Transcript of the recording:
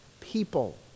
people